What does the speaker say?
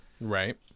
Right